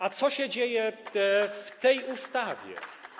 A co się dzieje w tej ustawie?